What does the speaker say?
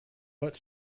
but